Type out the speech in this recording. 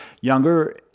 younger